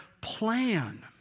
plan